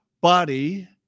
body